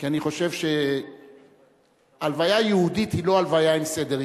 כי אני חושב שהלוויה יהודית היא לא הלוויה עם סדר,